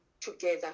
together